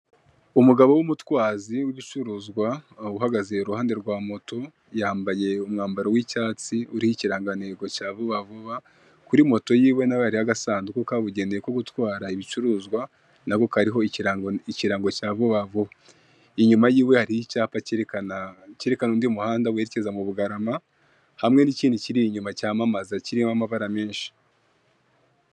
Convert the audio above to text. Umugabo w'umutwazi wibicuruzwa, uhagaze iruhande rwa moto, yambaye umwambaro w'icyatsi uriho ikirangantego cya Vuba Vuba, kuri moto yiwe naho hariho agasanduku kabugeneye ko gutwara ibicuruzwa nako kariho ikirango ikirango cya Vuba Vuba inyuma y'iwe, hari icyapa cyerekana undi muhanda werekeza mu Bugarama, hamwe nikindi kiri inyuma cyamamaza kiriho amabara menshi.